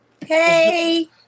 Hey